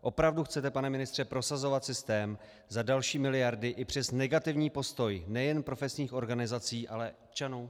Opravdu chcete, pane ministře, prosazovat systém za další miliardy i přes negativní postoj nejen profesních organizací, ale i občanů?